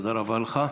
תודה רבה לך.